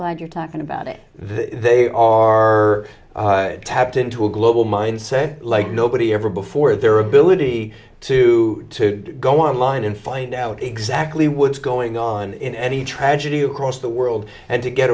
glad you're talking about it they are tapped into a global mind like nobody ever before their ability to go online and find out exactly what's going on in any tragedy across the world and to get